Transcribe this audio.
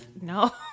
No